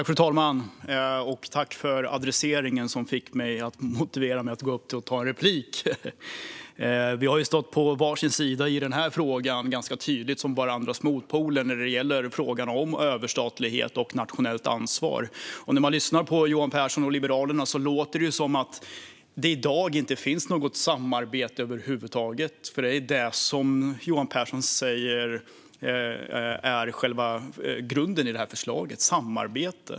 Fru talman! Jag vill tacka för adresseringen som motiverade mig att ta replik. Liberalerna och Sverigedemokraterna har stått ganska tydligt på var sin sida i den här frågan, som varandras tydliga motpoler, när det gäller överstatlighet och nationellt ansvar. När jag lyssnar på Johan Pehrson och Liberalerna låter det som att det inte finns något samarbete över huvud taget i dag. Samarbete är själva grunden i förslaget, enligt Johan Pehrson.